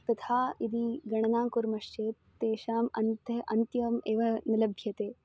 तथा यदि गणनां कुर्मश्चेत् तेषाम् अन्ते अन्तम् एव न लभ्यते